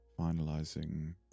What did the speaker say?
finalizing